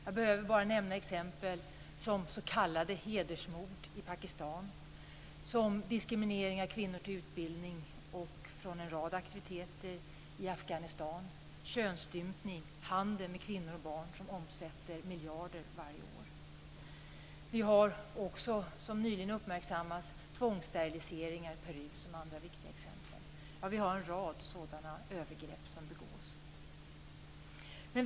Jag behöver bara nämna exempel som s.k. hedersmord i Pakistan, diskriminering av kvinnor när det gäller möjligheten till utbildning och en rad aktiviteter i Afghanistan, könsstympning och handel med kvinnor och barn, som omsätter miljarder varje år. Vi har också, som nyligen uppmärksammats, tvångssteriliseringar i Peru som ett annat viktigt exempel. Det begås en rad sådana övergrepp.